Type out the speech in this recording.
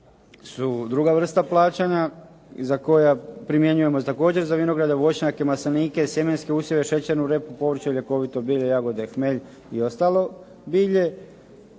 su druga vrsta plaćanja koja primjenjujemo također za vinograde, voćnjake, maslinike, sjemenske usjeve, šećernu repu, povrće, ljekovito bilje, jagode, hmelj i ostalo bilje.